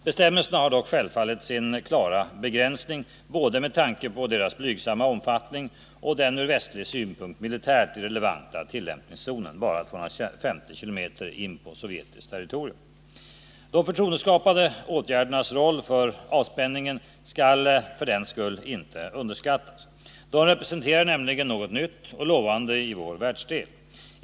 Bestämmelserna har dock självfallet sin klara begränsning både med tanke på deras blygsamma omfattning och den ur västlig synpunkt militärt irrelevanta tillämpningszonen . De förtroendeskapande åtgärdernas roll för avspänningen skall för den skull inte underskattas. De representerar nämligen något nytt och lovande i vår världsdel.